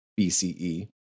BCE